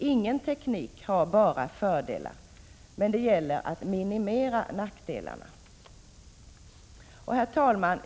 Ingen teknik har bara fördelar, men det gäller att minimera nackdelarna.